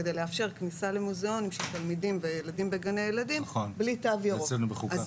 כדי לאפשר כניסה למוזיאונים של תלמידים וילדים בגני הילדים בלי תו ירוק.